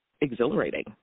exhilarating